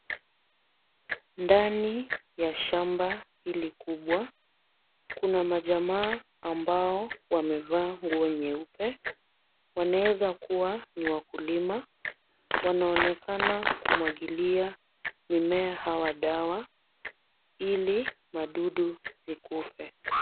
Ndani ya shamba hili kubwa, kuna majamaa ambao wamevaa nguo nyeupe. Wanaeza kuwa ni wakulima. Wanaonekana kumwagilia mimea hawa dawa ili madudu zikufe.